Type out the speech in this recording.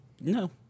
no